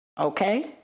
Okay